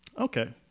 okay